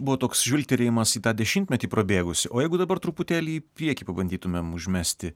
buvo toks žvilgterėjimas į tą dešimtmetį prabėgusį o jeigu dabar truputėlį į priekį pabandytumėm užmesti